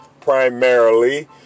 primarily